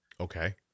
Okay